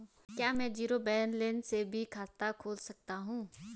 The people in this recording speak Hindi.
क्या में जीरो बैलेंस से भी खाता खोल सकता हूँ?